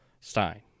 Stein